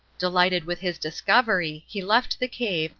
delighted with his discovery he left the cave,